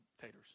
taters